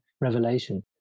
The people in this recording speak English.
revelation